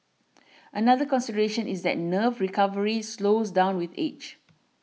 another consideration is that nerve recovery slows down with age